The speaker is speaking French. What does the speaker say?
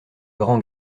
grands